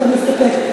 מסתפק.